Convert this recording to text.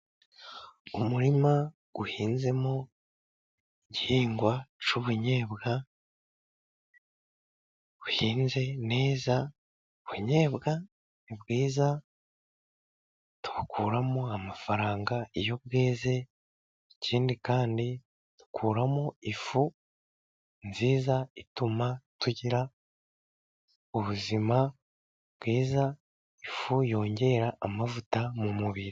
Umurima uhinzemo igihingwa cy'ubunyobwa buhinze neza， ubunyobwa ni bwiza， tubukuramo amafaranga iyo bweze，ikindi kandi dukuramo ifu nziza，ituma tugira ubuzima bwiza， ifu yongera amavuta mu mubiri.